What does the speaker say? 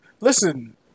listen